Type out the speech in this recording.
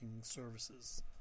services